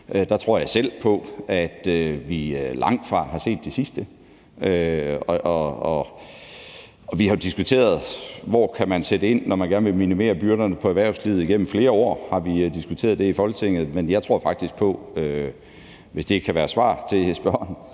Der tror jeg selv på, at vi langtfra har set det sidste. Vi har jo diskuteret, hvor man kan sætte ind, når man gerne vil minimere byrderne på erhvervslivet. Igennem flere år har vi diskuteret det i Folketinget, men jeg tror faktisk på – hvis det kan være svar til spørgeren